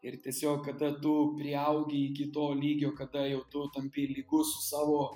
ir tiesiog kada tu priaugi iki to lygio kada jau tu tampi lygus su savo